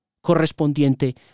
correspondiente